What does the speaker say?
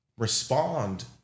respond